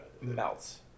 melts